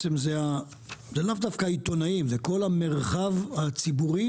זה לאו דווקא עיתונאים, זה כל המרחב הציבורי